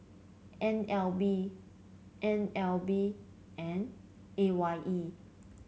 N L B N L B and A Y E